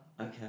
Okay